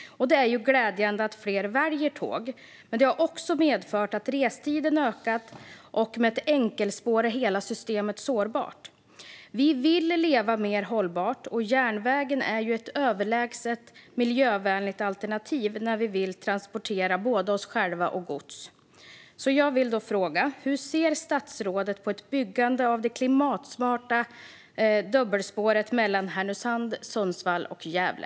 Det är glädjande att fler väljer tåg, men det har också medfört att restiden har ökat. Med ett enkelspår är hela systemet sårbart. Vi vill leva mer hållbart. Järnvägen är ett överlägset miljövänligt alternativ när vi vill transportera både oss själva och gods. Därför vill jag fråga hur statsrådet ser på ett byggande av det klimatsmarta dubbelspåret mellan Härnösand, Sundsvall och Gävle.